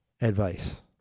advice